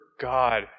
God